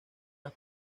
las